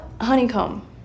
Honeycomb